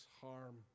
harm